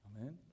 Amen